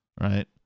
right